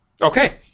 Okay